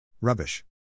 Rubbish